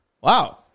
wow